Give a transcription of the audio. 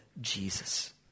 Jesus